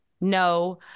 no